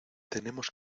tenemos